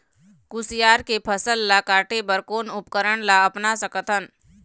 कुसियार के फसल ला काटे बर कोन उपकरण ला अपना सकथन?